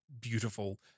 beautiful